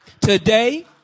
today